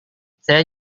saya